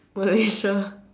Malaysia